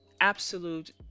absolute